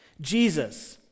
Jesus